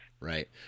Right